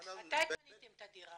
מתי קניתם את הדירה?